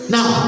Now